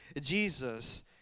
Jesus